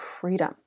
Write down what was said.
freedom